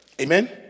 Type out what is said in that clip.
Amen